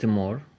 more